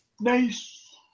Nice